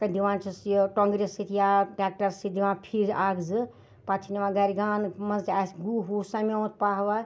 دِوان چھِس یہِ ٹۄنٛگرِ سۭتۍ یا ٹٮ۪کٹَر سۭتۍ دِوان پھِر اَکھ زٕ پَتہٕ چھِ نِوان گَرِ گانہٕ منٛز تہِ آسہِ گُہہ وُہہ سَمیومُت پَہہ وَہہ